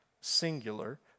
singular